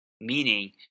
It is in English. meaning